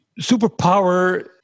superpower